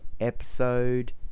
episode